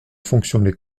fonctionner